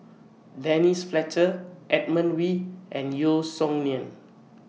Denise Fletcher Edmund Wee and Yeo Song Nian